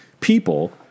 people